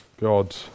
God